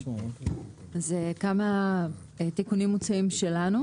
כמה תיקונים שלנו.